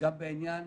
בעניין